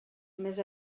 més